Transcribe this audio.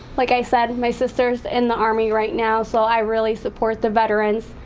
like i said, my sister's in the army right now, so i really support the veterans,